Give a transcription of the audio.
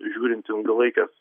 žiūrint ilgalaikes